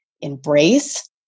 embrace